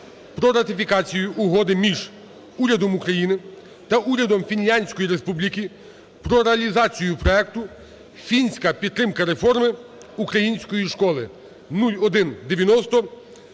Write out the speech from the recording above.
про ратифікацію Угоди між Урядом України та Урядом Фінляндської Республіки про реалізацію проекту "Фінська підтримка реформи української школи" (0190)